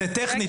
זה טכני.